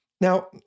Now